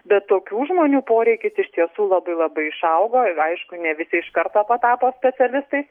bet tokių žmonių poreikis iš tiesų labai labai išaugo ir aišku ne visi iš karto patapo specialistai